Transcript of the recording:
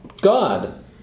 God